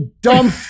dumb